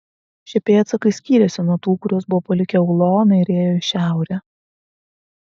šie pėdsakai skyrėsi nuo tų kuriuos buvo palikę ulonai ir ėjo į šiaurę